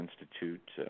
Institute